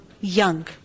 young